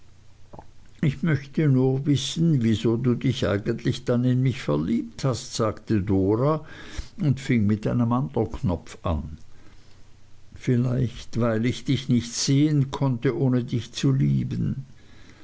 ich möchte nur wissen wieso du dich eigentlich dann in mich verliebt hast sagte dora und fing mit einem andern knopfe an vielleicht weil ich dich nicht sehen konnte ohne dich zu lieben